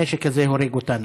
הנשק הזה הורג אותנו.